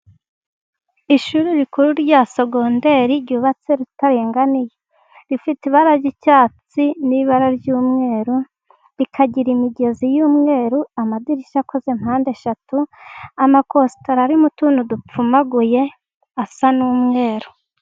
Ishuri rikuru rya segondere ryubatse ritaringaniye rifite ibara y'icyatsi, n'ibara ry'umweru rikagira imigezi y'umweru. Amadirishya akoze pandeshatu, amakositara ari mutuntu dupfumaguye asa n'umweru.